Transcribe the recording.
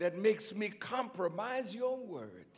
that makes me compromise your word